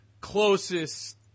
closest